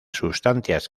sustancias